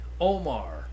Omar